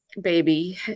baby